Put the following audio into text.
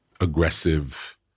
aggressive